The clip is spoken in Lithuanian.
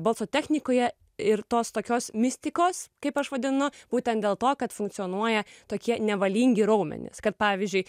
balso technikoje ir tos tokios mistikos kaip aš vadinu būtent dėl to kad funkcionuoja tokie nevalingi raumenys kad pavyzdžiui